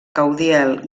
caudiel